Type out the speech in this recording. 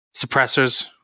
Suppressors